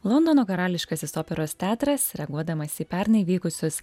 londono karališkasis operos teatras reaguodamas į pernai vykusius